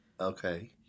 Okay